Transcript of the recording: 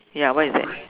ya what is that